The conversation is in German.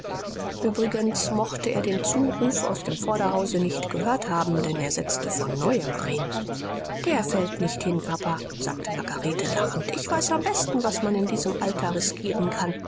uebrigens mochte er den zuruf aus dem vorderhause nicht gehört haben denn er setzte von neuem ein der fällt nicht papa sagte margarete lachend ich weiß am besten was man in diesem alter riskieren kann